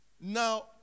Now